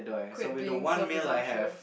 quit being so presumptuous